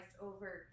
over